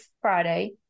Friday